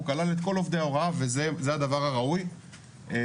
הוא כלל את כל עובדי ההוראה וזה הדבר הראוי לדעתנו,